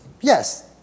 Yes